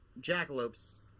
jackalopes